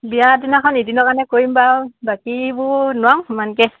বিয়া দিনাখন এদিনৰ কাৰণে কৰিম বাৰু বাকীবোৰ নোৱাৰো সমানকৈ